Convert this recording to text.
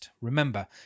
Remember